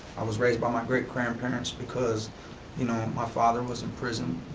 i was raised by my great-grandparents because you know my father was in prison,